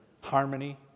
harmony